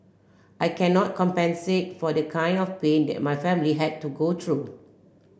I cannot compensate for the kind of pain that my family had to go through